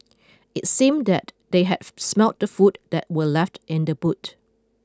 it seemed that they had smelt the food that were left in the boot